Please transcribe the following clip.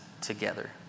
together